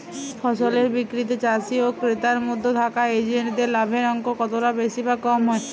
ফসলের বিক্রিতে চাষী ও ক্রেতার মধ্যে থাকা এজেন্টদের লাভের অঙ্ক কতটা বেশি বা কম হয়?